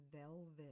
velvet